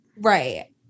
Right